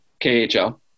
KHL